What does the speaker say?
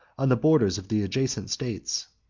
on the borders of the adjacent states.